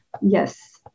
Yes